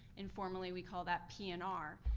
informally we call that p and r.